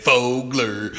Fogler